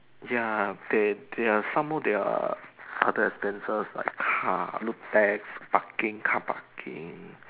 ya there there are some more there are other expenses like car lab tax parking car parking